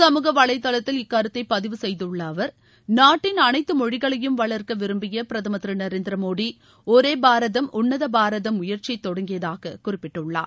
சமூக வலைதளத்தில் இக்கருத்தை பதிவு செய்துள்ள அவர் நாட்டின் அனைத்து மொழிகளையும் வளர்க்க விரும்பியே பிரதமர் திரு நரேந்திர மோடி ஒரே பாரதம் உன்னத பாரதம் முயற்சியை தொடங்கியதாக குறிப்பிட்டுள்ளார்